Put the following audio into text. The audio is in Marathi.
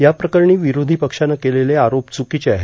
या प्रकरणी विरोधी पक्षानं केलेले आरोप चुकीचे आहेत